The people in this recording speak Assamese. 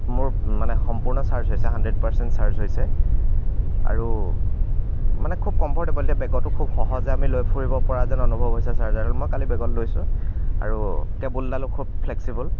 মোৰ মানে সম্পূৰ্ণ চাৰ্জ হৈছে হাণ্ড্ৰেড পাৰ্চেণ্ট চাৰ্জ হৈছে আৰু মানে খুব কম্ফ'ৰ্টেবল এতিয়া বেগতো খুব সহজে আমি লৈ ফুৰিব পৰা যেন অনুভৱ হৈছে চাৰ্জাৰডাল মই কালি বেগত লৈছোঁ আৰু কেবুলডালো খুব ফ্লেক্সিবোল